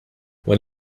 when